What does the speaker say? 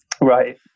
right